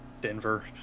Denver